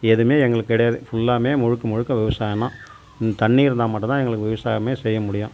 எதுவுமே எங்களுக்கு கிடையாது ஃபுல்லாவுமே முழுக்க முழுக்க விவசாயம் தான் இந்த தண்ணி இருந்தால் மட்டும் தான் எங்களுக்கு விவசாயமே செய்ய முடியும்